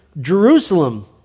Jerusalem